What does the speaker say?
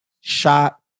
Shot